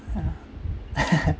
ya